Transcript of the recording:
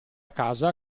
casa